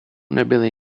nebyly